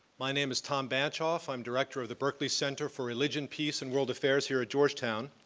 my name is tom bancroft. i'm director of the berkeley center for religion, peace, and world affairs here at georgetown.